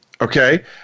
Okay